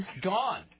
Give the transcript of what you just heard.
Gone